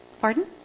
Pardon